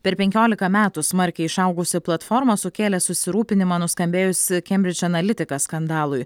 per penkiolika metų smarkiai išaugusi platforma sukėlė susirūpinimą nuskambėjusi kembridž analitika skandalui